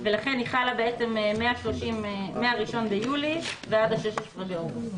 ולכן היא חלה מה-1 ביולי ועד ה-16 באוגוסט.